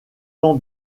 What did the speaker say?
tant